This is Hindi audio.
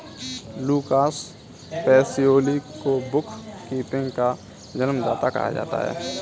लूकास पेसियोली को बुक कीपिंग का जन्मदाता कहा जाता है